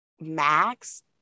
Max